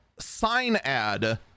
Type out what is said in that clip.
SignAd